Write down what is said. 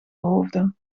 hoofden